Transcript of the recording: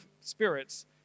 spirits